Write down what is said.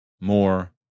more